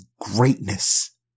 greatness